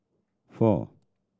four